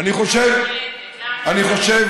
אני חושב